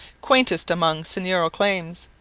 quaintest among seigneurial claims.